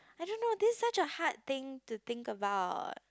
I don't know this is such a hard thing to think about